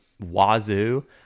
wazoo